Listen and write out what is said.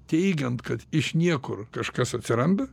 teigiant kad iš niekur kažkas atsiranda